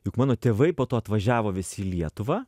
juk mano tėvai po to atvažiavo visi į lietuvą